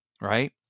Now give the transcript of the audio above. right